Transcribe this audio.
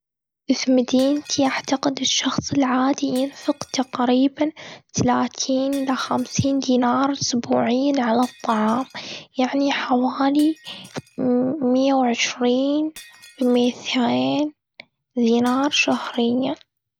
في مدينتي، أعتقد الشخص العادي ينفق تقريباً تلاتين إلى خمسين دينار إسبوعياً على الطعام. يعني حوالي مايه وعشرين، متين دينار شهرياً.